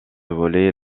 voler